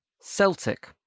Celtic